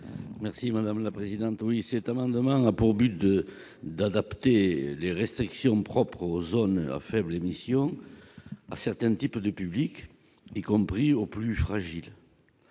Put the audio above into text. M. Roland Courteau. Cet amendement a pour objet d'adapter les restrictions propres aux zones à faibles émissions à certains types de publics, y compris aux plus fragiles.